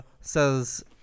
says